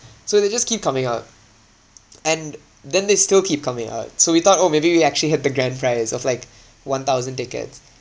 so they just keep coming out and then they still keep coming out so we thought oh maybe we actually hit the grand prize of like one thousand tickets